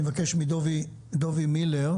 אני מבקש מדובי מילר,